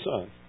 Son